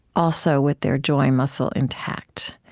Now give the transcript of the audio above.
also, with their joy muscle intact.